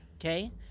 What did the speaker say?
Okay